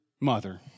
mother